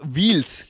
Wheels